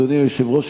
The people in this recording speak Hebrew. אדוני היושב-ראש,